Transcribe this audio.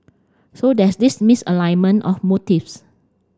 so there's this misalignment of motives